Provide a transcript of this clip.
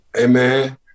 Amen